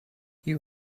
you